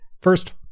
First